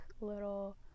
little